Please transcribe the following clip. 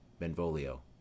Benvolio